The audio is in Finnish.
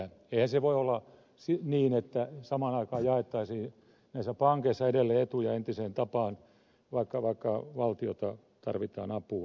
eihän se voi olla niin että samaan aikaan jaettaisiin näissä pankeissa edelleen etuja entiseen tapaan vaikka valtiota tarvitaan apuun